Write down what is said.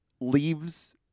leaves